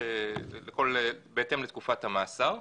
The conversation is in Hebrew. בהתאם לתקופת המאסר.